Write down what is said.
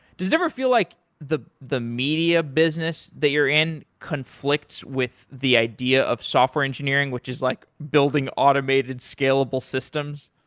does it ever feel like the the media business that you're in conflicts with the idea of software engineering, which is like building automated scalable systems?